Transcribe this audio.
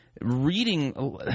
reading